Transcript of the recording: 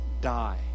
die